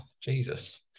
Jesus